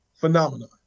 phenomenon